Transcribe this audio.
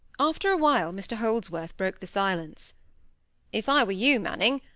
after a while, mr holdsworth broke the silence if i were you, manning,